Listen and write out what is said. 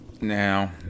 Now